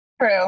True